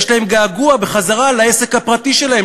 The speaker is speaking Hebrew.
יש להם געגוע, חזרה לעסק הפרטי שלהם.